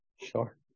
Sure